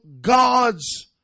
God's